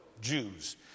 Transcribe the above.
Jews